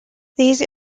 these